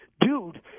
dude